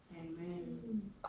Amen